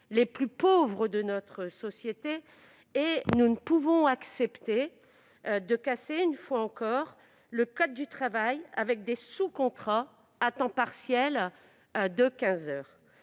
les plus pauvres de notre société. Nous ne pouvons accepter de casser encore davantage le code du travail avec des sous-contrats à temps partiel de quinze heures.